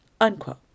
unquote